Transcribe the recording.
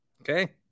Okay